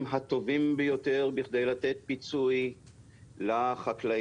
הטובים ביותר בכדי לתת פיצוי לחקלאים.